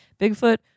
Bigfoot